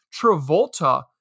Travolta